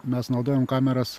mes naudojam kameras